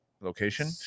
location